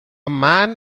man